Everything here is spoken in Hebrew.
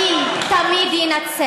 מושתת על ביטחון, הימין תמיד ינצח.